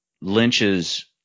Lynch's